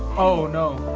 oh no.